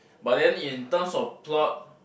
but then in terms of plot